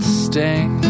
sting